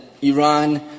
Iran